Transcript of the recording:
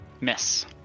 Miss